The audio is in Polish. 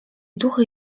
duchy